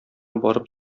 барып